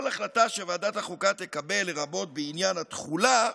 כל החלטה שוועדת החוקה תקבל, לרבות בעניין התחולה,